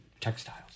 textiles